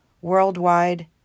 Worldwide